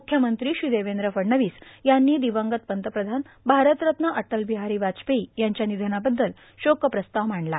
म्ख्यमंत्री देवद्र फडणवीस यांनी र्दिवंगत पंतप्रधान भारतरत्न अटर्लाबहारां वाजपेयी यांच्या र्णनधनाबद्दल शोकप्रस्ताव मांडला